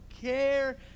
care